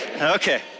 Okay